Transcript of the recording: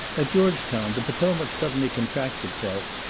at george town the potomac suddenly contracts itself,